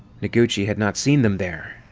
noguchi had not seen them there,